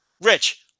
Rich